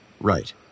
Right